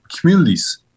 communities